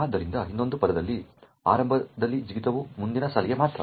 ಆದ್ದರಿಂದ ಇನ್ನೊಂದು ಪದದಲ್ಲಿ ಆರಂಭದಲ್ಲಿ ಜಿಗಿತವು ಮುಂದಿನ ಸಾಲಿಗೆ ಮಾತ್ರ